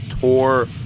tour